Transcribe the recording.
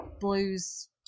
blues